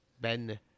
Ben